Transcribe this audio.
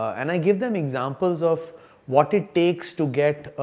and i give them examples of what it takes to get